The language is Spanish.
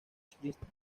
christie